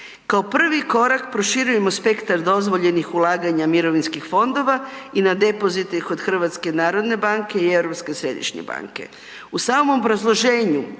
Kao prvi korak proširujemo spektar dozvoljenih ulaganja mirovinskih fondova i na depozite kod HNB-a i Europske središnje banke. U samom obrazloženju